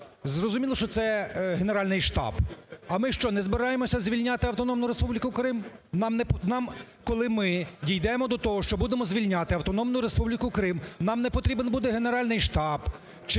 Зрозуміло, що це Генеральний штаб. А ми що, не збираємося звільняти Автономну Республіку Крим? Нам, коли ми дійдемо до того, що будемо звільняти Автономну Республіку Крим, нам не потрібен буде Генеральний штаб,